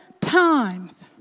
times